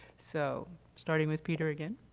so starting with peter again.